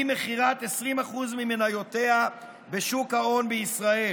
עם מכירת 20% ממניותיה בשוק ההון בישראל.